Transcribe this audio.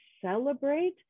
celebrate